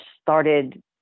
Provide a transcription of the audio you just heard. started